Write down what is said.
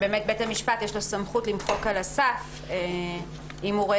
שלבית המשפט יש סמכות למחוק על הסף אם הוא רואה